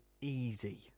easy